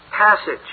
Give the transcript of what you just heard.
passage